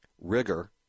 rigor